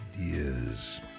ideas